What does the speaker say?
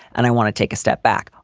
and i want to take a step back.